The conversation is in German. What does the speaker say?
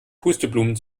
pusteblumen